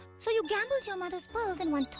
so you gambled your mother's pearls and won thorns?